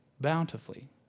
bountifully